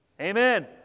Amen